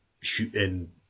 shooting